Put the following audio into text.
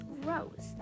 Rose